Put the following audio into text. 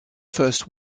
first